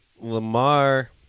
Lamar